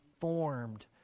formed